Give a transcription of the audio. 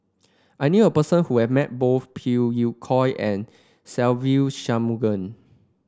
I knew a person who has met both Phey Yew Kok and Se Ve Shanmugam